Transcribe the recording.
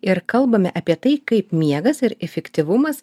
ir kalbame apie tai kaip miegas ir efektyvumas